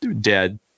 dead